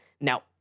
Now